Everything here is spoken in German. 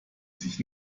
sich